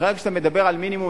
כשאתה רק מדבר על "מינימום",